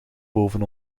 boven